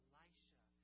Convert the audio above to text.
Elisha